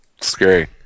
scary